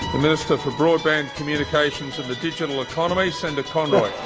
the minister for broadband, communications and the digital economy, senator conroy.